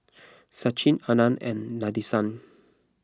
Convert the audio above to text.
Sachin Anand and Nadesan